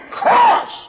cross